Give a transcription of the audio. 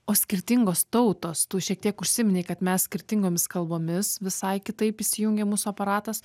o skirtingos tautos tu šiek tiek užsiminei kad mes skirtingomis kalbomis visai kitaip įsijungia mūsų aparatas